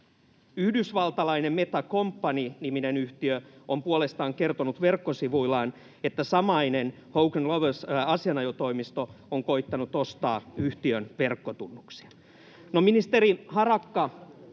Yhdysvaltalainen Meta Company ‑niminen yhtiö on puolestaan kertonut verkkosivuillaan, että samainen Hogan Lovells ‑asianajotoimisto on koittanut ostaa yhtiön verkkotunnuksia. No, ministeri Harakka